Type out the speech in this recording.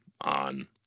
on